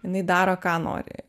jinai daro ką nori